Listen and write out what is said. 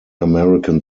american